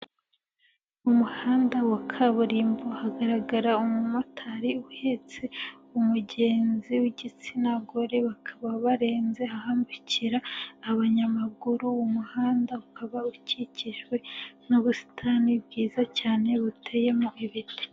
Mu muhanda wa kaburimbo hagaragara umumotari uhetse umugenzi w'igitsina gore, bakaba barenze ahambukira abanyamaguru, uwo muhanda ukaba ukikijwe n'ubusitani bwiza cyane buteyemo ibiti.